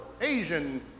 Asian